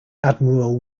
admiral